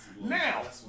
Now